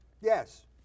Yes